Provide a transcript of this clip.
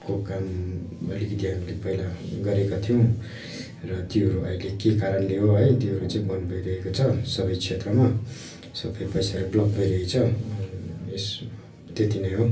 को काम अलिकति हामीले पहिला गरेका थियौँ र त्योहरू अहिले के कारणले हो है त्योहरू चाहिँ बन्द भइरहेको छ सबै क्षेत्रमा सबै पैसाहरू ब्लक भइरहेको छ यस त्यति नै हो